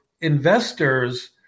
investors